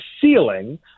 ceiling